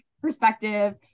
perspective